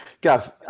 Gav